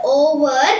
over